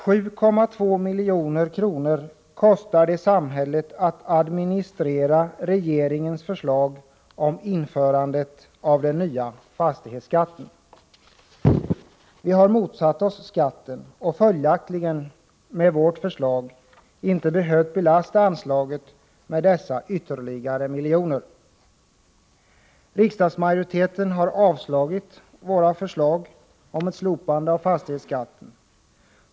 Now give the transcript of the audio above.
7,2 milj.kr. kostar det samhället att administrera den på regeringens förslag införda nya fastighetsskatten. Vi har motsatt oss skatten och följaktligen — om vårt förslag vunnit bifall — inte behövt belasta anslaget med dessa ytterligare miljoner. Riksdagsmajoriteten har avslagit våra förslag om ett slopande av fastighetsskatten.